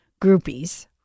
groupies